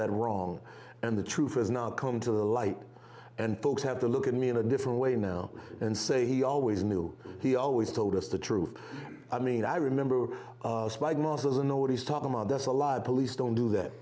that wrong and the truth has not come to the light and folks have to look at me in a different way now and say he always knew he always told us the truth i mean i remember as a know what he's talking my does a lot of police don't do that